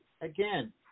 Again